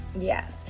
Yes